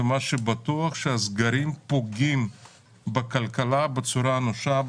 ומה שבטוח הוא שהסגרים פוגעים בכלכלה בצורה אנושה,